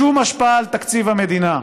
שום השפעה על תקציב המדינה.